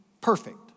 perfect